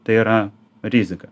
tai yra rizika